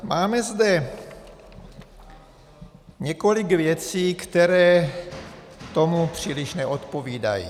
Máme zde několik věcí, které tomu příliš neodpovídají.